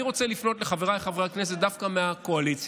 אני רוצה לפנות לחבריי חברי הכנסת דווקא מהקואליציה.